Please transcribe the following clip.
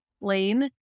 lane